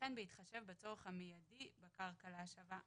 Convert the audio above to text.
וכן בהתחשב בצורך המידי בקרקע להשבה,